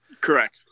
Correct